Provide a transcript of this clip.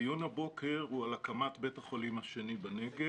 הדיון הבוקר הוא על הקמת בית החולים השני בנגב.